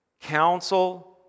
counsel